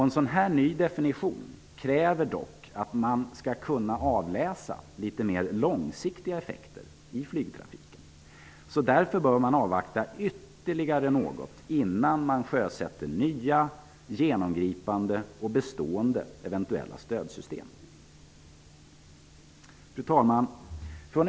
En sådan ny definition kräver dock att man skall kunna avläsa mer långsiktiga effekter i flygtrafiken. Därför bör man avvakta ytterligare något innan man sjösätter nya, genomgripande och bestående eventuella stödsystem. Fru talman!